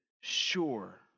sure